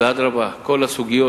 ואדרבה, כל הסוגיות